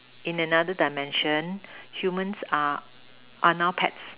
in another dimension humans are are now pets